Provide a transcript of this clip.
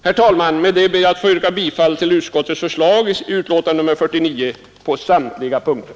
Herr talman! Med detta ber jag att få yrka bifall till utskottets förslag i betänkandet nr 49 på samtliga punkter.